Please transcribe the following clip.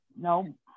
No